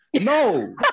no